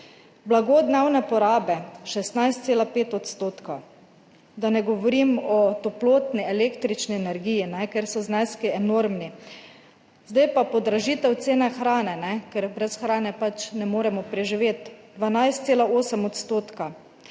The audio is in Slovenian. blago dnevne porabe 16,5 %, da ne govorim o toplotni, električni energiji, kjer so zneski enormni. Sedaj pa podražitev cene hrane, ker brez hrane pač ne moremo preživeti, 12,8 %.